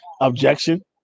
objection